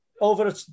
over